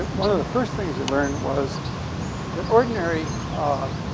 one of the first things we learned was that ordinary, um,